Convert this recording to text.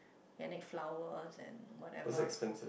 organic flowers and whatever